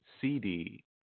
CD